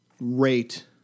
rate